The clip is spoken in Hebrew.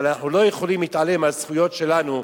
אבל אנחנו לא יכולים להתעלם מהזכויות שלנו,